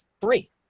free